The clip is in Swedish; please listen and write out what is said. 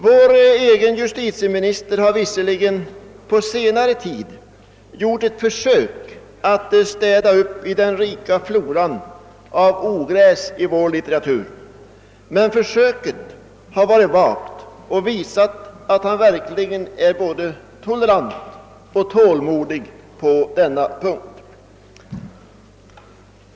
Vår egen justitieminister har visserligen på senare tid gjort ett försök att städa upp i den rika floran av ogräs 1 vår litteratur, men försöket har varit vagt och visat att han verkligen är både tolerant och tålmodig på denna punkt.